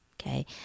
okay